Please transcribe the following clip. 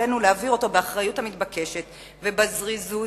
עלינו להעביר אותו באחריות המתבקשת ובזריזות,